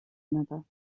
another